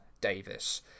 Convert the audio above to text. Davis